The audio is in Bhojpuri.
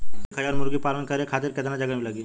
एक हज़ार मुर्गी पालन करे खातिर केतना जगह लागी?